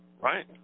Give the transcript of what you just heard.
Right